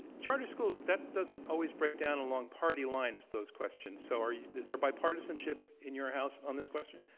charter school that doesn't always break down along party lines, those questions. so, are yeah is there bipartisanship in your house on this question?